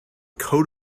coat